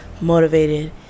motivated